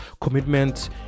commitment